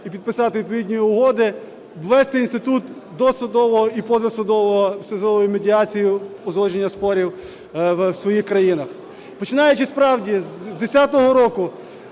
і підписати відповідні угоди, ввести інститут досудового і позасудового... медіації, узгодження спорів в своїх країнах. Починаючи справді з 10-го року,